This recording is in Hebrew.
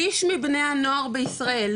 שליש מבני הנוער בישראל,